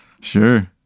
Sure